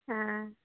ᱦᱮᱸ